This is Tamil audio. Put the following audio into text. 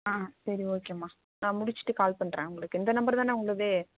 ஆ சரி ஓகேம்மா நான் முடிச்சிவிட்டு கால் பண்ணுறேன் உங்களுக்கு இந்த நம்பர் தானே உங்களுது